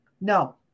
No